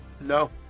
No